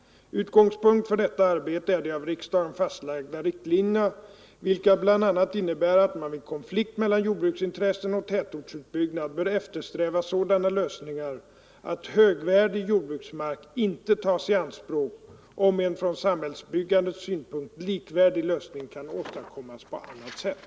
Utgångspunkt för detta arbete är de av riksdagen fastlagda riktlinjerna, vilka bl.a. innebär att man vid konflikt mellan jordbruksintressen och tätortsutbyggnad bör eftersträva sådana lösningar att högvärdig jordbruksmark inte tas i anspråk om en från samhällsbyggandets synpunkt likvärdig lösning kan åstadkommas på annat sätt.